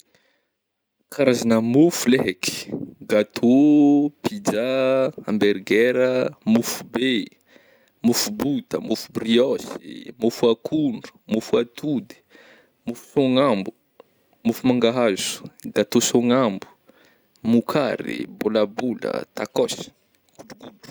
Karazagna mofo le haiky gatô, pijà, ambergera, mofo be, mofo bota, mofo brioche, mofo akondro, mofo atody, mofo sôgnambo, mofo mangahazo, gatô sôgnambo, mokary, bolabola, tacos, godrogodro.